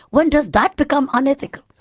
when does that become unethical?